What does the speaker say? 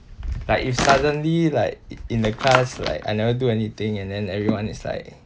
like if suddenly like i~ in the class like I never do anything and then everyone is like